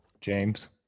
James